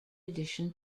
edition